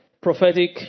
prophetic